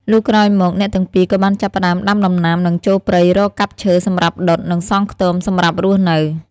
លុះក្រោយមកអ្នកទាំងពីរក៏បានចាប់ផ្ដើមដាំដំណាំ និងចូលព្រៃរកកាប់ឈើសម្រាប់ដុត និងសង់ខ្ទមសម្រាប់រស់នៅ។